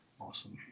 Awesome